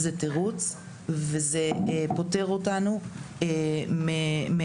זה תירוץ, וזה פותר אותנו מעשייה.